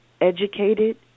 educated